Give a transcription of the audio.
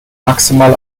maximal